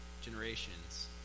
generations